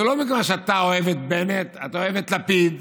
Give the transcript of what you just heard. זה לא מכיוון שאתה אוהב את בנט או שאתה אוהב את לפיד,